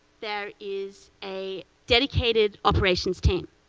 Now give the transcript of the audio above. there is a dedicated operations team.